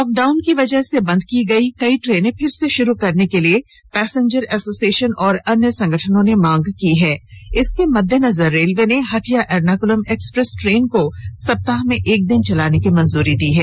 lockdown की वजह से बन्द की गई कई ट्रेनें फिर से शुरू करने के लिए पैसेंजर एसोसिएशन और अन्य संगठनों ने मांग की है इसके मद्देनजर रेलवे ने हटिया एर्नाकुलम एक्सप्रेस ट्रेन को सप्ताह में एक दिन चलाने की मंजूरी दी है